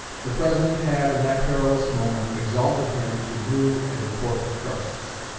the president had in that perilous moment exalted him to new and important trusts.